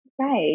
right